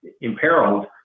imperiled